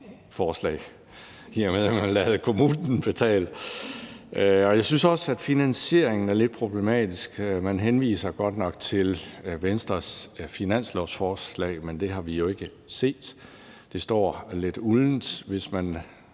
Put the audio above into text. forslag, i og med at man lader kommunerne betale, og jeg synes også, at finansieringen er lidt problematisk. Man henviser godt nok til Venstres finanslovsforslag, men det har vi jo ikke set. Det virker lidt uldent. Hvis man